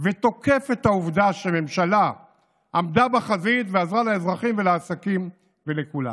ותוקף את העובדה שממשלה עמדה בחזית ועזרה לאזרחים ולעסקים ולכולם.